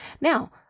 Now